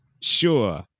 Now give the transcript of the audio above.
Sure